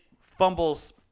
fumbles